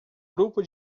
grupo